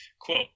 Quote